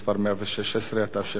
התשע"ב 2012,